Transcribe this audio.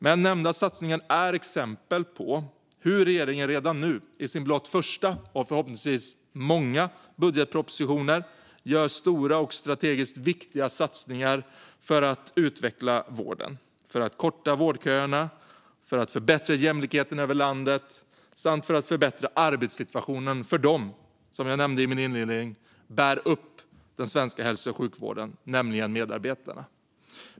Men nämnda satsningar är exempel på hur regeringen redan nu, i sin blott första av förhoppningsvis många budgetpropositioner, gör stora och strategiskt viktiga satsningar för att utveckla vården. Det handlar om att korta köerna, förbättra jämlikheten över landet samt förbättra arbetssituationen för dem som, som jag nämnde i min inledning, bär upp den svenska hälso och sjukvården, nämligen medarbetarna.